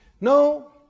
No